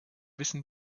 wissen